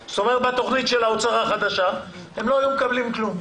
בתוכנית החדשה של האוצר הם לא היו מקבלים כלום.